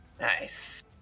Nice